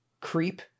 creep